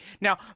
Now